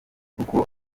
uko